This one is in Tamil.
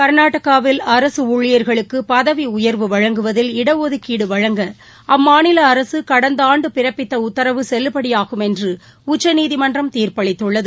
கர்நாடகாவில் அரசுஊழியர்களுக்குபதவிஉயர்வு வழங்குவதில் இடஒதுக்கீடுவழங்க அம்மாநிலஅரசுகடந்தஆண்டுபிறப்பித்தஉத்தரவு செல்லுபடியாகும் என்றுஉச்சநீதிமன்றம் தீாப்பளித்துள்ளது